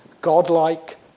godlike